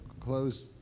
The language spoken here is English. close